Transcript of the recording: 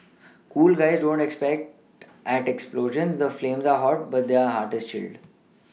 cool guys don't look at explosions the flames are hot but their heart is chilled